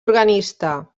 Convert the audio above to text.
organista